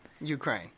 Ukraine